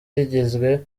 rigizwe